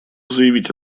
заявить